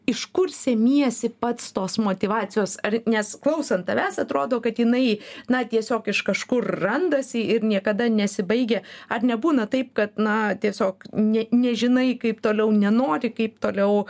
iš kur semiesi pats tos motyvacijos ar nes klausant tavęs atrodo kad jinai na tiesiog iš kažkur randasi ir niekada nesibaigia ar nebūna taip kad na tiesiog nė nežinai kaip toliau nenori kaip toliau